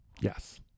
Yes